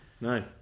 No